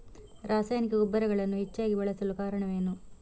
ರಾಸಾಯನಿಕ ಗೊಬ್ಬರಗಳನ್ನು ಹೆಚ್ಚಾಗಿ ಬಳಸಲು ಕಾರಣವೇನು?